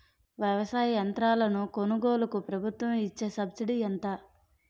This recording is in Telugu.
వ్యవసాయ యంత్రాలను కొనుగోలుకు ప్రభుత్వం ఇచ్చే సబ్సిడీ ఎంత?